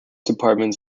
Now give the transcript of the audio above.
departments